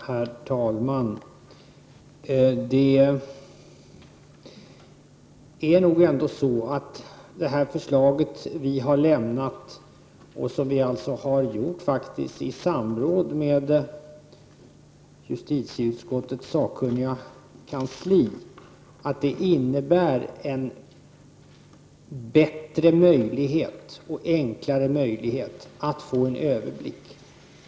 Herr talman! Det är nog ändå så att vårt förslag, som vi framfört efter samråd med justitieutskottets sakkunniga kansli, skulle ge en bättre och enklare möjlighet att få en överblick.